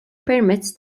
permezz